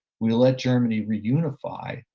we let germany reunify,